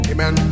Amen